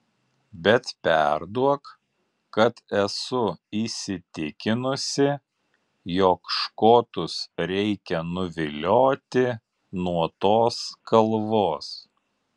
bet perduok kad esu įsitikinusi jog škotus reikia nuvilioti nuo tos kalvos